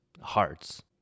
hearts